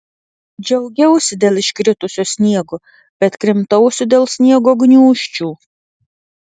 džiaugiausi dėl iškritusio sniego bet krimtausi dėl sniego gniūžčių